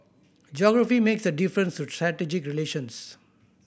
geography makes a difference to relations